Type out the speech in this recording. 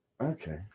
Okay